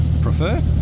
prefer